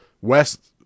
West